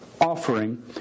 Offering